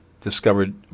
discovered